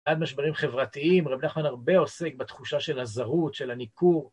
עד משברים חברתיים, רבי נחמן הרבה עוסק בתחושה של הזרות, של הניכור.